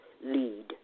lead